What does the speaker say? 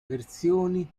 versioni